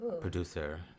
producer